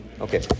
Okay